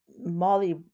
Molly